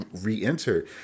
re-enter